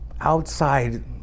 outside